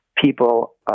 People